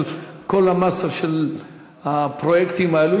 של כל המאסה של הפרויקטים האלה.